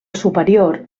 superior